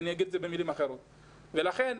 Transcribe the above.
לכן,